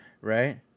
right